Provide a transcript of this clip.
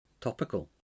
Topical